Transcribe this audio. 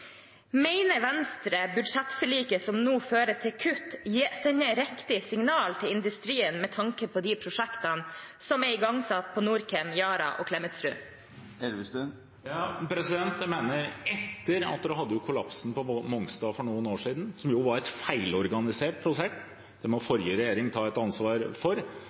Mener Venstre at budsjettforliket som nå fører til kutt, sender riktige signal til industrien med tanke på de prosjektene som er igangsatt på Norcem, Yara og Klemetsrud? Etter at man hadde kollapsen på Mongstad for noen år siden, som jo var et feilorganisert prosjekt – det må forrige regjering ta et ansvar for